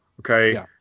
Okay